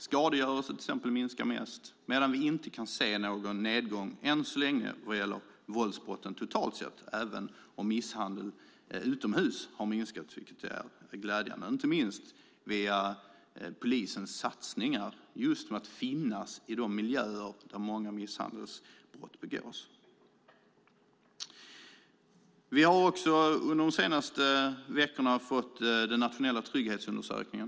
Skadegörelse minskar till exempel mest, medan vi än så länge inte kan se någon nedgång vad gäller våldsbrotten totalt sett även om misshandel utomhus har minskat, vilket är glädjande. Det beror inte minst på polisens satsningar på att finnas i de miljöer där många misshandelsbrott begås. Under de senaste veckorna har vi också fått den nationella trygghetsundersökningen.